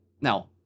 now